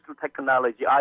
technology